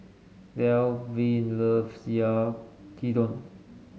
Delvin loves Yaki Udon